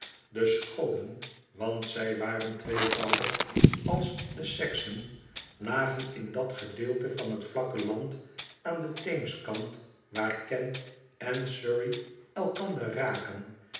de scholen want zij waren tweevoudig als de seksen lagen in dat gedeelte van het vlakke land aan den theemskant waar kent en surrey elkander raken